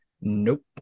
nope